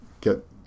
get